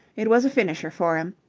it was a finisher for him.